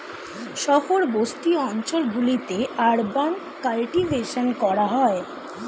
শহর বসতি অঞ্চল গুলিতে আরবান কাল্টিভেশন করা হয়